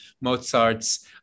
mozart's